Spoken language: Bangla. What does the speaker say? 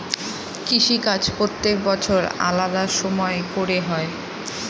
কৃষিকাজ প্রত্যেক বছর আলাদা সময় করে হয়